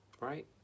Right